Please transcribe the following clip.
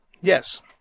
Yes